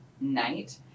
night